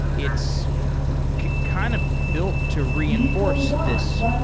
it's kind of built to re inforce this